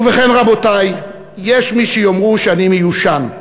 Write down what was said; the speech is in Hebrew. ובכן, רבותי, יש מי שיאמרו שאני מיושן,